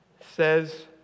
says